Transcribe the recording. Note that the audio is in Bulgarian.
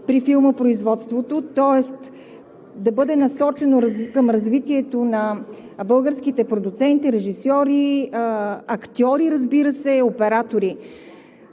във филмопроизводството, тоест вниманието да бъде насочено към развитието на българските продуценти, режисьори, актьори, разбира се, оператори.